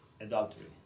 adultery